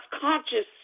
conscious